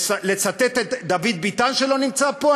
לצטט את דוד ביטן, שלא נמצא פה?